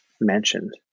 mentioned